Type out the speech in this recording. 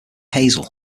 hazel